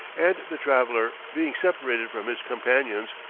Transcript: and the traveller, being separated from his companions,